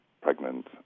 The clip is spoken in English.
pregnant